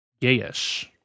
Gayish